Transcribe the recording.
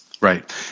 Right